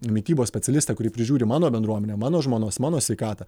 mitybos specialistė kuri prižiūri mano bendruomenę mano žmonos mano sveikatą